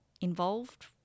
involved